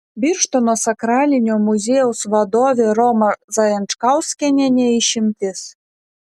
birštono sakralinio muziejaus vadovė roma zajančkauskienė ne išimtis